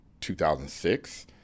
2006